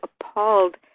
appalled